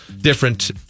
different